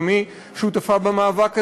גם היא שותפה במאבק הזה,